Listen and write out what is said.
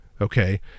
Okay